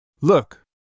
Look